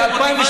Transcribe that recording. לא נכון.